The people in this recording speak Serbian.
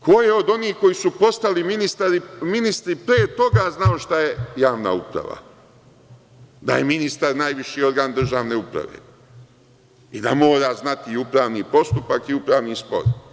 Ko je od onih koji su postali ministri pre toga znao šta je javna uprava, da je ministar najviši organ državne uprave i da mora znati i upravni postupak i upravni spor.